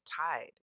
tied